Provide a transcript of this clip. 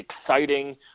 exciting